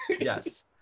Yes